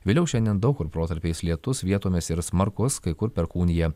vėliau šiandien daug kur protarpiais lietus vietomis ir smarkus kai kur perkūnija